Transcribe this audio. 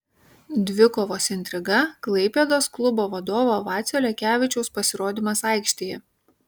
dvikovos intriga klaipėdos klubo vadovo vacio lekevičiaus pasirodymas aikštėje